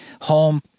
Home